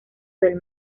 del